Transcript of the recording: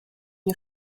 you